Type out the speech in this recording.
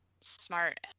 Smart